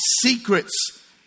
secrets